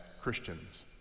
Christians